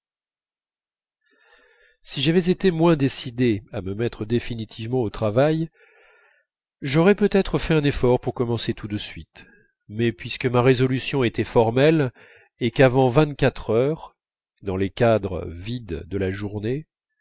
si j'avais été moins décidé à me mettre définitivement au travail j'aurais peut-être fait un effort pour commencer tout de suite mais puisque ma résolution était formelle et qu'avant vingt-quatre heures dans les cadres vides de la journée